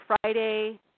Friday